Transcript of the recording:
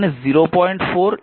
এখানে I 10 ampere